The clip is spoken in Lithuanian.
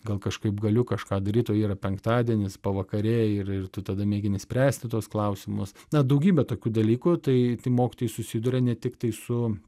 gal kažkaip galiu kažką daryt o yra penktadienis pavakarė ir ir tu tada mėgini spręsti tuos klausimus na daugybė tokių dalykų tai mokytojai susiduria ne tiktai su